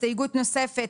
הסתייגות נוספת,